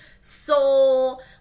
soul